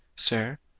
sir,